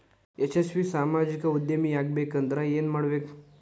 ಯಶಸ್ವಿ ಸಾಮಾಜಿಕ ಉದ್ಯಮಿಯಾಗಬೇಕಂದ್ರ ಏನ್ ಮಾಡ್ಬೇಕ